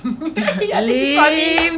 lame